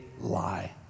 lie